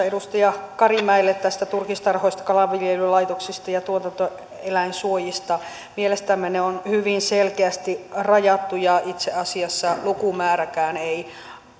edustaja karimäelle näistä turkistarhoista kalanviljelylaitoksista ja tuotantoeläinsuojista mielestämme ne on hyvin selkeästi rajattu ja itse asiassa lukumääräkään ei